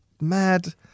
mad